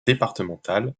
départementale